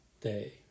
day